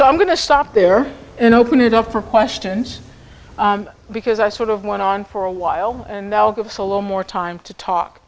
so i'm going to stop there and open it up for questions because i sort of went on for a while and i'll give us a little more time to talk